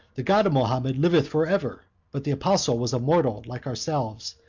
the god of mahomet liveth forever but the apostle was a mortal like ourselves,